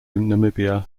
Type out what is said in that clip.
namibia